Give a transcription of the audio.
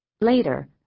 Later